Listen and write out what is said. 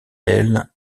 elle